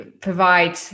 provide